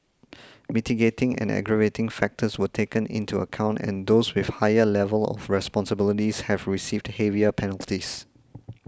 mitigating and aggravating factors were taken into account and those with higher level of responsibilities have received heavier penalties